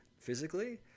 physically